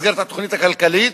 במסגרת התוכנית הכלכלית,